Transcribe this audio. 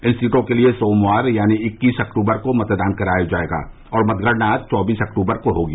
इन सीटों के लिए सोमवार यानी इक्कीस अक्टूबर को मतदान कराया जायेगा और मतगणना चौबीस अक्टूबर को होगी